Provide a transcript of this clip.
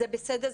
זה בסדר,